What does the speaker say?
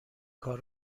کار